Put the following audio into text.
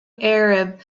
arab